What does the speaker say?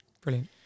Brilliant